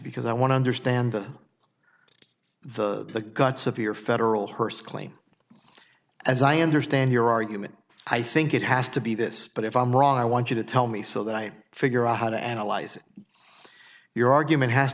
because i want to understand the guts of your federal hearst claim as i understand your argument i think it has to be this but if i'm wrong i want you to tell me so that i figure out how to analyze your argument has